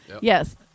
Yes